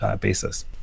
basis